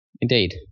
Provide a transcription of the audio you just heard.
Indeed